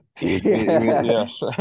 Yes